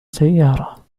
سيارة